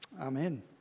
amen